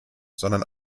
sondern